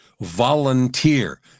volunteer